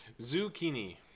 Zucchini